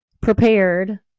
prepared